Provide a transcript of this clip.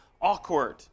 awkward